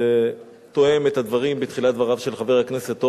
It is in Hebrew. זה תואם את הדברים בתחילת דבריו של חבר הכנסת אורבך,